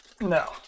No